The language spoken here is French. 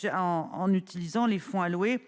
je en en utilisant les fonds alloués